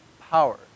power